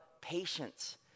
patience